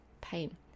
pain